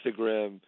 Instagram